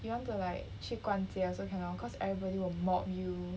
you want to like 去逛街 also cannot cause everybody will mob you